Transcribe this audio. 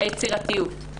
היצירתיות,